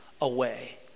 away